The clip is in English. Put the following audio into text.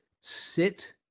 sit